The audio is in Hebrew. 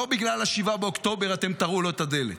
לא בגלל 7 באוקטובר אתם תראו לו את הדלת,